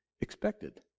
expected